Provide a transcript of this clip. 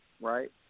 right